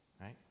right